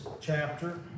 chapter